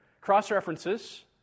cross-references